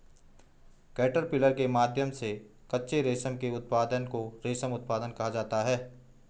caterpillar के माध्यम से कच्चे रेशम के उत्पादन को रेशम उत्पादन कहा जाता है